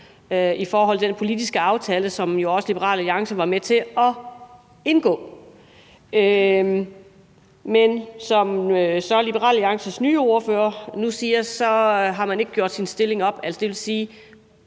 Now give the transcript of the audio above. for den politiske aftale, som Liberal Alliance jo også var med til at indgå. Men som Liberal Alliances nye ordfører så siger nu, har man ikke gjort sin stilling op. Det vil sige,